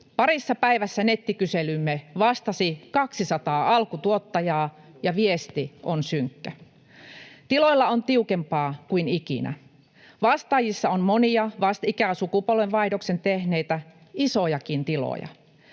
Parissa päivässä nettikyselyymme vastasi 200 alkutuottajaa, ja viesti on synkkä. Tiloilla on tiukempaa kuin ikinä. Vastaajissa on monia vastikään sukupolvenvaihdoksen tehneitä, isojakin tiloja,